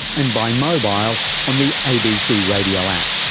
and by mobile on the abc radio app.